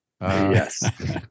Yes